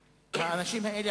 הילדים,